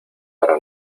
para